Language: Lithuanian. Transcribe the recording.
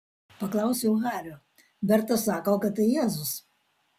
paklausiau hario berta sako kad tai jėzus